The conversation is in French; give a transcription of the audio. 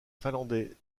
finlandais